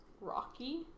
Rocky